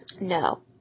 No